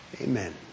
Amen